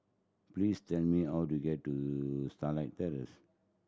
please tell me how to get to Starlight Terrace